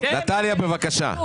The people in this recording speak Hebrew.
שלא.